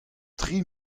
tri